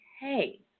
hey